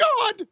God